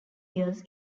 years